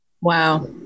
Wow